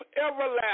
everlasting